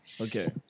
Okay